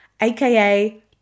AKA